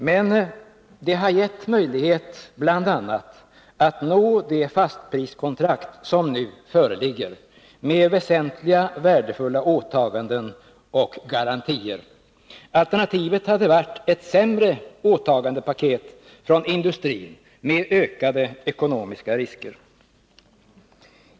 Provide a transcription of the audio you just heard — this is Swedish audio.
Men den har bl.a. givit möjligheter att nå det fastpriskontrakt som nu föreligger med väsentliga och värdefulla åtaganden och garantier. Alternativet hade varit ett sämre åtagandepaket från industrin med ökade ekonomiska risker.